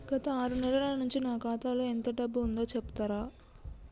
గత ఆరు నెలల నుంచి నా ఖాతా లో ఎంత డబ్బు ఉందో చెప్తరా?